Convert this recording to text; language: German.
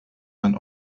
man